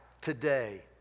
today